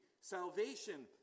Salvation